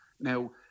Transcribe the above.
Now